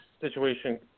situation